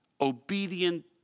obedient